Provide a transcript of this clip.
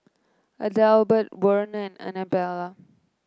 Adelbert Werner and Anabella